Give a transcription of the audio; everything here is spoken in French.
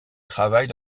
travaille